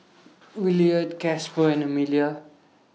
Williard Casper and Emilia